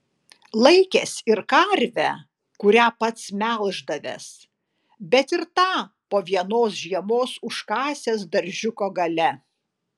laikęs ir karvę kurią pats melždavęs bet ir tą po vienos žiemos užkasęs daržiuko gale